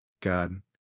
God